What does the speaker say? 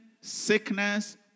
sickness